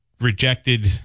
rejected